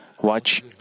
watch